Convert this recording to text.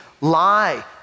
lie